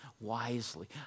wisely